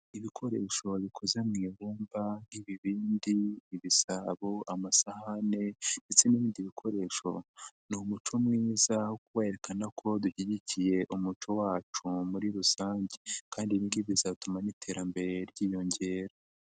Ibikoresho bikoze mu ibumba nk'ibibindi, ibisabo amasahane ndetse n'ibindi bikoresho, ni umuco mwiza wo kwerekana ko dushyigikiye umuco wacu muri rusange kandi ibi ngibi bizatuma n'iterambere ryiyongera.